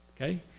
Okay